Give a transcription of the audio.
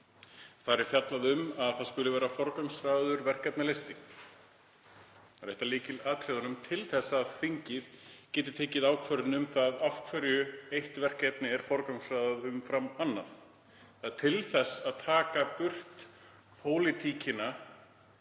Þar er fjallað um að það skuli vera forgangsraðaður verkefnalisti, það er eitt af lykilatriðunum, til að þingið geti tekið ákvörðun og viti af hverju einu verkefni er forgangsraðað umfram annað. Það er til þess að taka burt pólitíkina